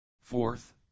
Fourth